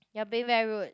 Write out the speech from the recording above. you're being very rude